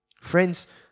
Friends